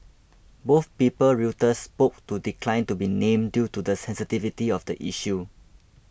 both people Reuters spoke to declined to be named due to the sensitivity of the issue